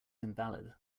invalid